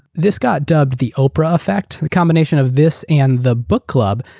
this got dubbed the oprah effect. the combination of this and the book club.